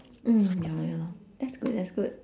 mm ya lor ya lor that's good that's good